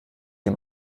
dem